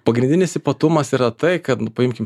pagrindinis ypatumas yra tai kad paimkim